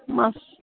মাছ